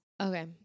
Okay